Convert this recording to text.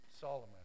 Solomon